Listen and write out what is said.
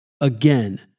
Again